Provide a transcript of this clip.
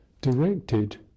directed